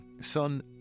son